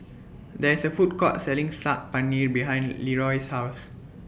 There IS A Food Court Selling Saag Paneer behind Leeroy's House